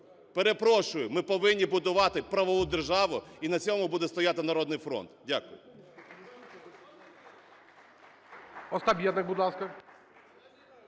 Перепрошую, ми повинні будувати правову державу і на цьому буде стояти "Народний фронт". Дякую.